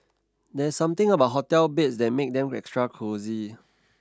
there's something about hotel beds that make them extra cosy